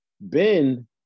Ben